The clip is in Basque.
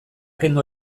kendu